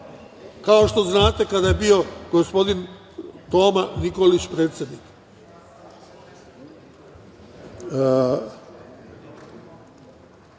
kao što znate, kada je bio gospodin Toma Nikolić predsednik. Dakle,